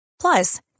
Plus